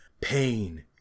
pain